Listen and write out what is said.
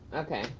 okay,